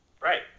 Right